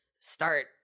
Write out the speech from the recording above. start